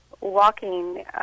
walking